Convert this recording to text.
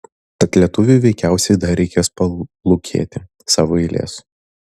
tad lietuviui veikiausiai dar reikės palūkėti savo eilės